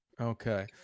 okay